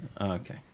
Okay